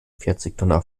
vierzigtonner